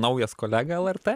naujas kolega lrt